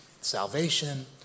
salvation